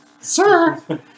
sir